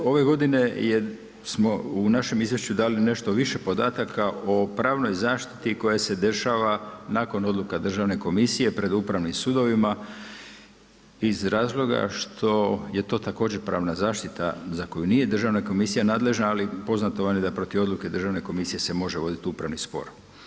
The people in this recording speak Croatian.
Ove godine smo u našem izvješću dali nešto više podataka o pravnoj zaštiti koja se dešava nakon odluka Državne komisije, pred upravnim sudovima, iz razloga što je to također pravna zaštita za koju nije Državna komisija nadležna, ali poznato vam je da protiv odluke Državne komisije se može voditi upravni spor.